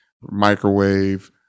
microwave